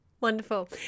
Wonderful